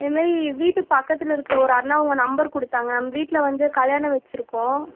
இதுமாரி வீட்டு பக்கத்தில் இருக்கிற ஒரு அண்ணா உங்கள் நம்பர் கொடுத்தாங்க நம்ம வீட்டில் வந்து கல்யாணம் வச்சுருக்கோம்